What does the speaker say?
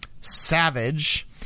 Savage